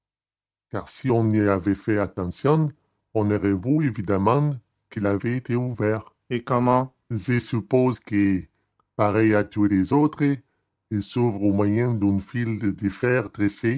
car si on y avait fait attention on aurait vu évidemment qu'il avait été ouvert et comment je suppose que pareil à tous les autres il s'ouvre au moyen d'un fil de